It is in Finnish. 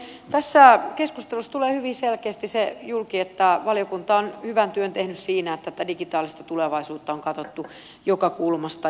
tässä keskustelussa tulee hyvin selkeästi julki se että valiokunta on hyvän työn tehnyt siinä että tätä digitaalista tulevaisuutta on katsottu joka kulmasta